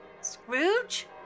Scrooge